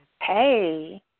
Hey